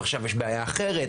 עכשיו יש בעיה אחרת,